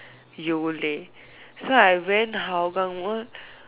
Yole so I went Hougang Mall